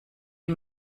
die